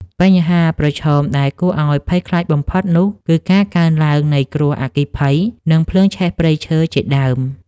បញ្ហាប្រឈមដែលគួរឱ្យភ័យខ្លាចបំផុតនោះគឺការកើនឡើងនៃគ្រោះអគ្គីភ័យ និងភ្លើងឆេះព្រៃឈើជាដើម។